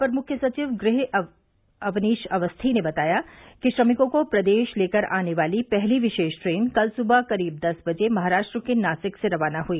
अपर मुख्य सचिव गृह अवनीश अवस्थी ने बताया कि श्रमिकों को प्रदेश लेकर आने वाली पहली विशेष ट्रेन कल सुबह करीब दस बजे महाराष्ट्र के नासिक से रवाना हुई